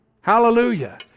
Hallelujah